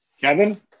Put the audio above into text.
Kevin